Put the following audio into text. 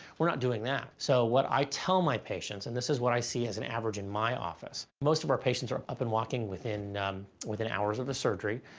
we're not doing that. so what i tell my patients, and this is what i see as an average in my office, most of our patients are up and walking within within hours of the surgery.